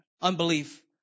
unbelief